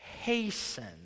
hasten